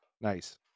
Nice